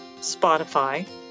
Spotify